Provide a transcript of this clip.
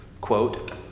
quote